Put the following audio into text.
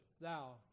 thou